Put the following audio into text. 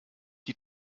die